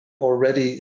already